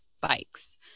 bikes